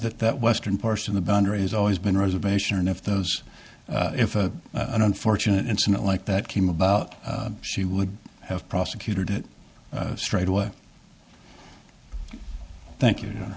that that western portion the boundaries always been reservation and if those if an unfortunate incident like that came about she would have prosecuted it straight away thank you